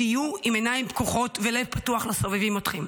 תהיו עם עיניים פקוחות ולב פתוח לסובבים אתכם.